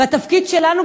והתפקיד שלנו,